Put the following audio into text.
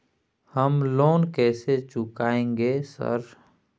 हम लोन कैसे चुकाएंगे सर?